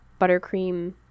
buttercream